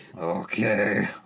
Okay